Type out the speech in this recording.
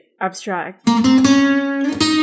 Abstract